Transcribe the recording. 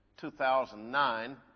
2009